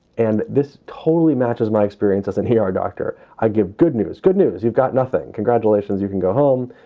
and this totally matches my experience as an here doctor. i give good news. good news. you've got nothing. congratulations. you can go home.